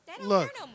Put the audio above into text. look